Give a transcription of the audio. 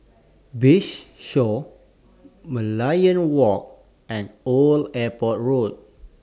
Bayshore Merlion Walk and Old Airport Road